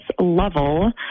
level